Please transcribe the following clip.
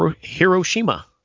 Hiroshima